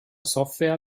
software